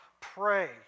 pray